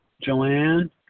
Joanne